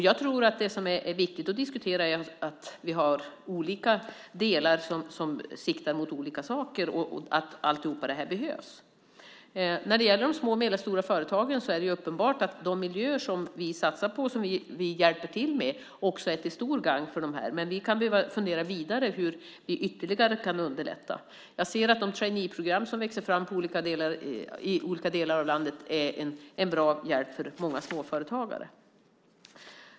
Jag tror att det som är viktigt att diskutera är att vi har olika delar som siktar mot olika saker och att allt det här behövs. När det gäller de små och medelstora företagen är det uppenbart att de miljöer som vi satsar på och som vi hjälper till med också är till stort gagn. Men vi kan behöva fundera vidare på hur vi ytterligare kan underlätta. Jag ser att de traineeprogram som växer fram i olika delar av landet är en bra hjälp för många småföretagare.